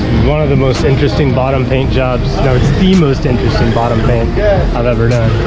one of the most interesting bottom paint jobs. no, it's the most interesting bottom paint i've ever done.